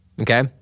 Okay